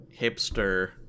hipster